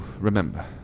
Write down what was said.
remember